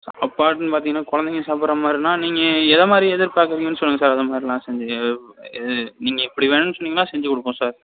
சாப்பாடுன்னு பார்த்தீங்கன்னா குலந்தைக சாப்பட்ற மாதிரின்னா நீங்கள் எதை மாதிரி எதிர்பார்க்குறீங்கன்னு சொல்லுங்கள் சார் அதை மாதிரி நான் செஞ்சு நீங்கள் இப்படி வேணும்னு சொன்னீங்கன்னால் செஞ்சு கொடுப்போம் சார்